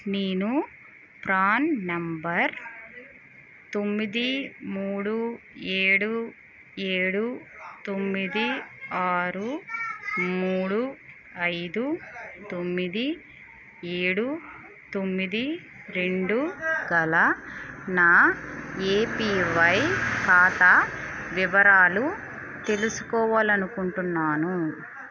నేను PRAN number తొమ్మిది మూడు ఏడు ఏడు తొమ్మిది ఆరు మూడు ఐదు తొమ్మిది ఏడు తొమ్మిది రెండు గల నా ఏపీవై ఖాతా వివరాలు తెలుసుకోవాలి అనుకుంటున్నాను